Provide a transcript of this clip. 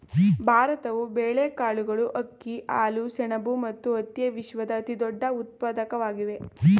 ಭಾರತವು ಬೇಳೆಕಾಳುಗಳು, ಅಕ್ಕಿ, ಹಾಲು, ಸೆಣಬು ಮತ್ತು ಹತ್ತಿಯ ವಿಶ್ವದ ಅತಿದೊಡ್ಡ ಉತ್ಪಾದಕವಾಗಿದೆ